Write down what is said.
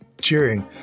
cheering